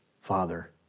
Father